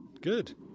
Good